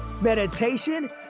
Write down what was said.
meditation